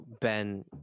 ben